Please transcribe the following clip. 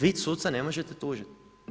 Vi suca ne možete tužiti.